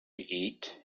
eat